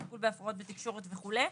טיפול בהפרעות בתקשורת וכולי,